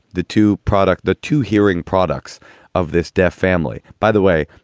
the two product, the two hearing products of this deaf family, by the way,